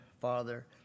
Father